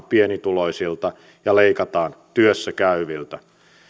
pienituloisilta ja leikataan työssäkäyviltä